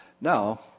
Now